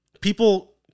people